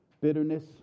Bitterness